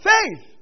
Faith